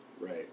right